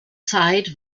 zeit